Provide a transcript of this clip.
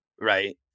right